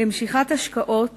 למשיכת השקעות